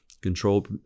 Control